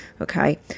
okay